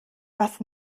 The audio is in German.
was